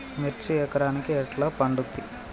మిర్చి ఎకరానికి ఎట్లా పండుద్ధి?